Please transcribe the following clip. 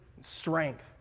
strength